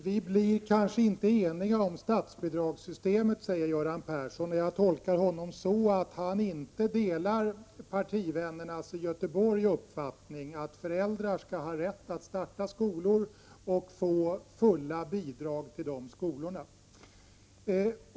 Herr talman! Göran Persson sade att det kanske inte går att uppnå enighet kring statsbidragssystemet. Jag tolkar honom så att han inte delar partivän nernas i Göteborg uppfattning att föräldrar skall ha rätt att starta skolor och få fulla bidrag till dessa skolor.